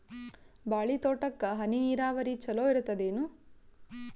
ಬಾಳಿ ತೋಟಕ್ಕ ಹನಿ ನೀರಾವರಿ ಚಲೋ ಇರತದೇನು?